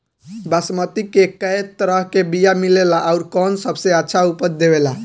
बासमती के कै तरह के बीया मिलेला आउर कौन सबसे अच्छा उपज देवेला?